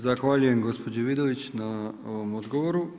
Zahvaljujem gospođi Vidović na ovom odgovoru.